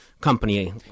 company